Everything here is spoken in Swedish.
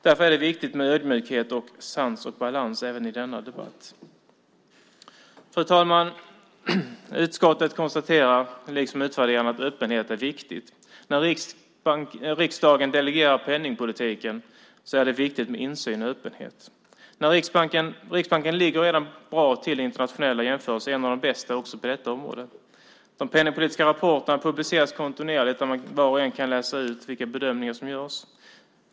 Därför är det viktigt med ödmjukhet och sans och balans även i denna debatt. Fru talman! Utskottet konstaterar, liksom utvärderarna, att öppenhet är viktigt. När riksdagen delegerar penningpolitiken är det viktigt med insyn och öppenhet. Riksbanken ligger redan bra till i internationella jämförelser. Man är en av de bästa också på detta område. De penningpolitiska rapporterna publiceras kontinuerligt, och där kan var och en läsa vilka bedömningar som görs.